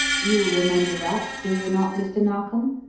you remember that, do you not, mr. narkom?